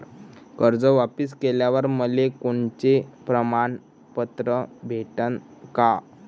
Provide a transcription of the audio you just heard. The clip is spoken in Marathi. कर्ज वापिस केल्यावर मले कोनचे प्रमाणपत्र भेटन का?